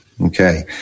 Okay